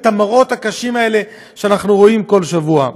את המראות הקשים האלה שאנחנו רואים כל שבוע.